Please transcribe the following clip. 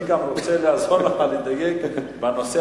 אני גם רוצה לעזור לך לדייק בנושא